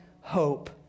hope